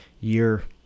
year